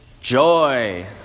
joy